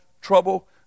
trouble